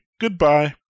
Goodbye